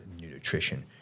nutrition